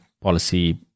policy